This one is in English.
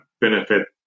benefit